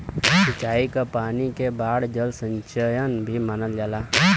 सिंचाई क पानी के बाढ़ जल संचयन भी मानल जाला